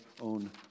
own